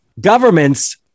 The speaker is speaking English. Governments